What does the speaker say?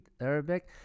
Arabic